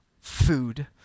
food